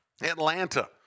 Atlanta